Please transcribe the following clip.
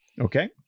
Okay